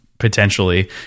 Potentially